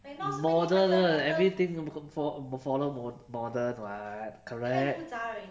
modern everything be~ fo~ fo~ follow mo~ modern [what] correct